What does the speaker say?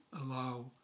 allow